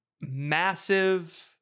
massive